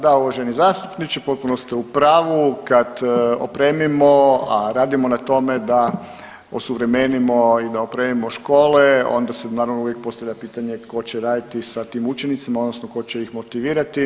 Da, uvaženi zastupniče potpuno ste u pravu kad opremimo, a radimo na tome da osuvremenimo i da opremimo škole onda se naravno uvijek postavlja pitanje tko će raditi sa tim učenicima odnosno tko će ih motivirati.